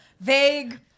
vague